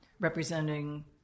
representing